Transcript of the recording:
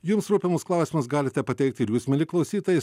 jums rūpimus klausimus galite pateikti ir jūs mieli klausytojai